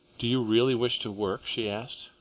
do you really wish to work? she asked.